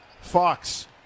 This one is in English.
fox